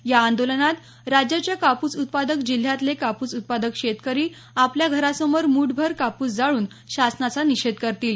या आंदोलनात राज्याच्या कापूस उत्पादक जिल्ह्यातले कापूस उत्पादक शेतकरी आपल्या घरासमोर मूठभर कापूस जाळून शासनाचा निषेध करतील